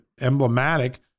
emblematic